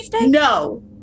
no